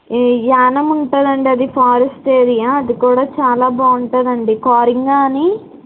yeah Yanam ఉంతుంది అండి అది కూడా ఫారెస్ట్ ఏరియా అది కూడా చాలా బాగుంటుంది అండి కోరింగా అని